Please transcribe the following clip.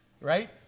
Right